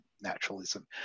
naturalism